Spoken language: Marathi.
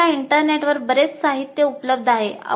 आपल्याला इंटरनेटवर बरेच साहित्य उपलब्ध आहे